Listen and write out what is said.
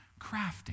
crafting